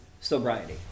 sobriety